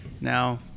now